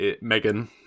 Megan